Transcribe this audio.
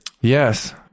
Yes